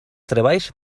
treballs